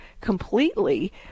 completely